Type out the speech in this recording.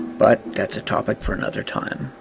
but that's a topic for another time.